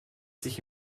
sich